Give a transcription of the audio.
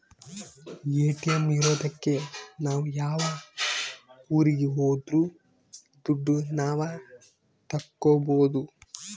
ATM ಇರೋದಕ್ಕೆ ಯಾವ ಊರಿಗೆ ಹೋದ್ರು ದುಡ್ಡು ನಾವ್ ತಕ್ಕೊಬೋದು